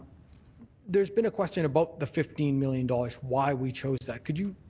there's been a question about the fifteen million dollars, why we chose that. could you